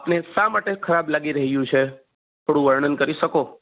એટલે શા માટે ખરાબ લાગી રહ્યું છે થોડું વર્ણન કરી શકો